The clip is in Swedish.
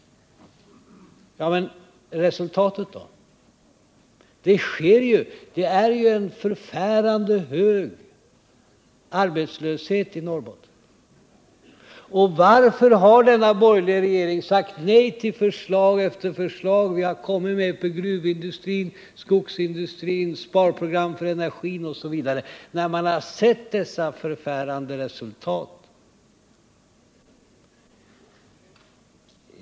Ja, men resultatet då? Det är ju en förfärande hög arbetsiöshet i Norrbotten. Och varför har denna borgerliga regering sagt nej till förslag efter förslag som vi har kommit med — förslag när det gäller gruvindustrin och skogsindustrin, sparprogram för energin osv. — när man har sett dessa förfärande resultat?